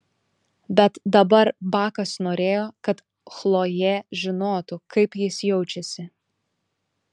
bet dabar bakas norėjo kad chlojė žinotų kaip jis jaučiasi